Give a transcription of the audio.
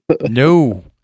No